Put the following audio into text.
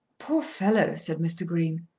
poor fellow, said mr. green.